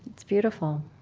it's beautiful